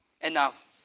enough